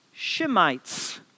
Shemites